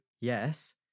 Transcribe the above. yes